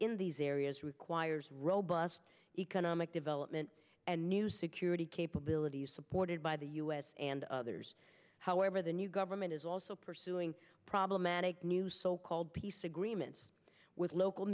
in these areas requires robust economic development and new security capabilities supported by the u s and others however the new government is also pursuing problematic new so called peace agreements with local